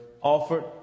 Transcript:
offered